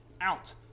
out